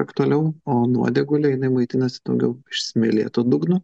aktualiau o nuodėgulė jinai maitinasi daugiau iš smėlėto dugno